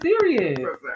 serious